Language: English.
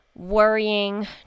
worrying